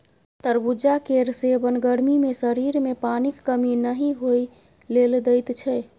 तरबुजा केर सेबन गर्मी मे शरीर मे पानिक कमी नहि होइ लेल दैत छै